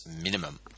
minimum